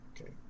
Okay